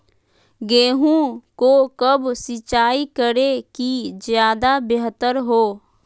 गेंहू को कब सिंचाई करे कि ज्यादा व्यहतर हो?